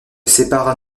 séparent